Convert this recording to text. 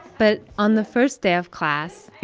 but on the first day of class.